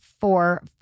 four